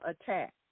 attack